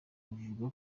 bavuga